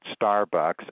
Starbucks